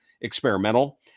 experimental